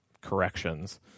corrections